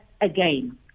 again